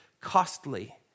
costly